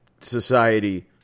society